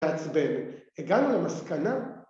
‫תעצבב. הגענו למסקנה?